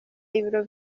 ibiro